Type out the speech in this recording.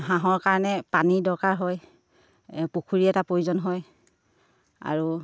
হাঁহৰ কাৰণে পানী দৰকাৰ হয় পুখুৰী এটা প্ৰয়োজন হয় আৰু